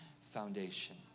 foundation